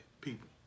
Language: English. people